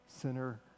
Sinner